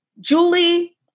Julie